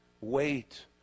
Wait